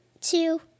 two